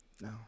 No